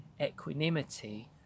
equanimity